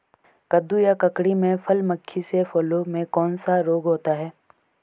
कद्दू या ककड़ी में फल मक्खी से फलों में कौन सा रोग होता है?